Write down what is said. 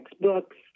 books